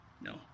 no